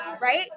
right